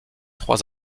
trois